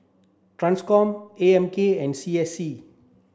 TRANSCOM A M K and C S C